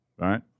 right